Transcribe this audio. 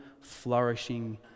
flourishing